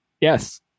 Yes